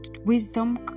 Wisdom